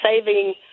saving